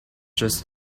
just